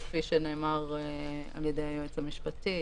שכפי שנאמר על ידי היועץ המשפטי,